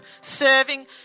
serving